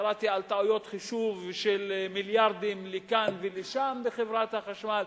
קראתי על טעויות חישוב של מיליארדים לכאן ולשם בחברת החשמל.